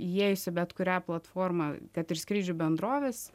įėjus į bet kurią platformą kad ir skrydžių bendrovės